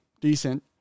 decent